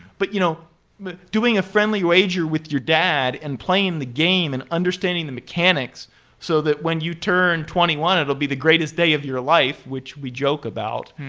but you know doing a friendly wager with dad and playing the game and understanding the mechanics so that when you turn twenty one it'll be the greatest day of your life, which we joke about.